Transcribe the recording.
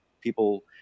people